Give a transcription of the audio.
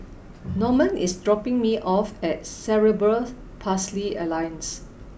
Normand is dropping me off at Cerebral Palsy Alliance